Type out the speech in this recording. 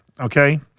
okay